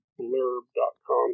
blurb.com